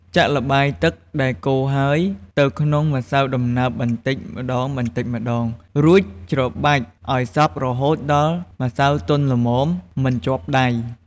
ចាក់ល្បាយទឹកដែលកូរហើយទៅក្នុងម្សៅដំណើបបន្តិចម្ដងៗ រួចច្របាច់ឲ្យសព្វរហូតដល់ម្សៅទន់ល្មម មិនជាប់ដៃ។